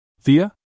Thea